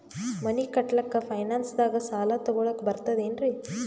ಮನಿ ಕಟ್ಲಕ್ಕ ಫೈನಾನ್ಸ್ ದಾಗ ಸಾಲ ತೊಗೊಲಕ ಬರ್ತದೇನ್ರಿ?